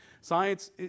Science